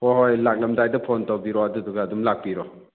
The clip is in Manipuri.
ꯍꯣꯏ ꯍꯣꯏ ꯂꯥꯛꯂꯝꯗꯥꯏꯗ ꯐꯣꯟ ꯇꯧꯕꯤꯔꯛꯑꯣ ꯑꯗꯨꯗꯨꯒ ꯑꯗꯨꯝ ꯂꯥꯛꯄꯤꯔꯣ